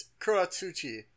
Kuratsuchi